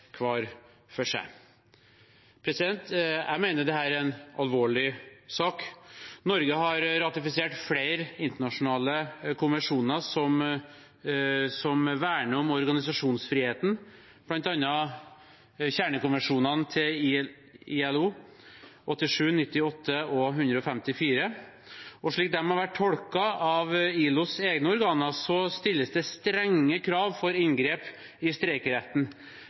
for seg. Jeg mener dette er en alvorlig sak. Norge har ratifisert flere internasjonale konvensjoner som verner om organisasjonsfriheten, bl.a. kjernekonvensjonene til ILO, 87, 98 og 154. Slik de har blitt tolket av ILOs egne organer, stilles det strenge krav for inngrep i streikeretten.